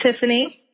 Tiffany